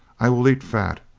i will eat fat.